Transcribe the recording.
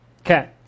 Okay